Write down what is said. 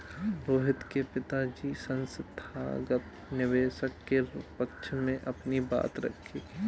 रोहित के पिताजी संस्थागत निवेशक के पक्ष में अपनी बात रखी